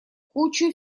кучу